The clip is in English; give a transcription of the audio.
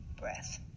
breath